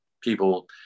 people